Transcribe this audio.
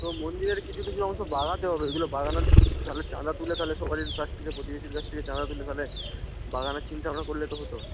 তো মন্দিরের কিছু কিছু অংশ লাগাতে হবে ওগুলো লাগানোর তাহলে চাঁদা তুলে তাহলে সবারই কাছ থেকে প্রতিবেশীর কাছ থেকে চাঁদা তুলে তাহলে লাগানোর চিন্তা ভাবনা করলে তো হতো